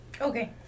Okay